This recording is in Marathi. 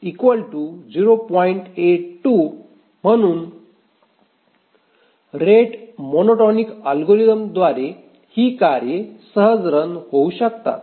82 म्हणून रेट मोनोटोनिक अल्गोरिथमद्वारे ही कार्य सहज रन होऊ शकतात